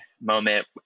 moment